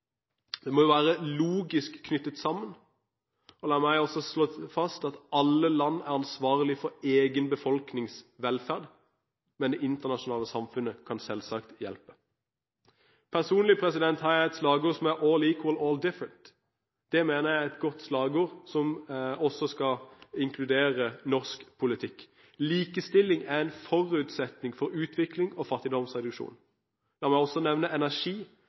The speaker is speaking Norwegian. Det må være logisk knyttet sammen. La meg også slå fast at alle land er ansvarlig for egen befolknings velferd, men det internasjonale samfunnet kan selvsagt hjelpe. Personlig har jeg et slagord: «All equal, all different». Det mener jeg er et godt slagord, som også skal inkludere norsk politikk. Likestilling er en forutsetning for utvikling og fattigdomsreduksjon. La meg også nevne energi,